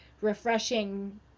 refreshing